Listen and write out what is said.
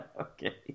Okay